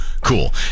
cool